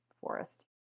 forest